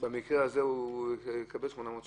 במקרה הזה הוא יקבל 800 שקלים?